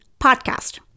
podcast